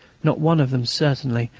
not one of them, certainly,